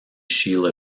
sheila